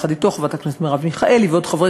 ויחד אתו חברת הכנסת מרב מיכאלי וחברי